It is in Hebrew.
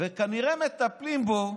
וכנראה מטפלים בו,